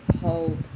hold